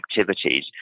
activities